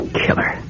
killer